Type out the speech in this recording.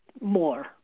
more